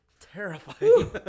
terrifying